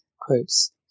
Quotes